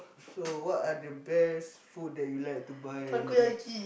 so what are the best food you like to buy and eat